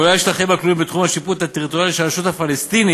כולל השטחים הכלולים בתחום השיפוט הטריטוריאלי של הרשות הפלסטינית,